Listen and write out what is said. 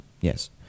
yes